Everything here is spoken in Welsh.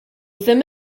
ddim